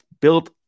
built